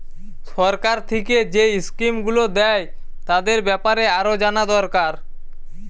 সরকার থিকে যেই স্কিম গুলো দ্যায় তাদের বেপারে আরো জানা দোরকার